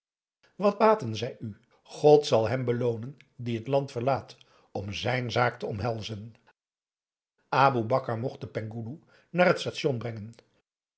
wat baten zij u god zal hem beloonen die het land verlaat om zijn zaak te omhelzen aboe bakar mocht den penghoeloe naar het station brengen